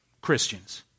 Christians